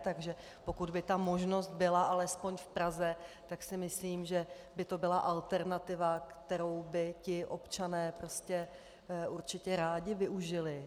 Takže pokud by ta možnost byla alespoň v Praze, tak si myslím, že by to byla alternativa, kterou by ti občané určitě rádi využili.